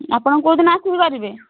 ଆପଣ କେଉଁ ଦିନ ଆସିପାରିବେ